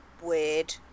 weird